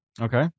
Okay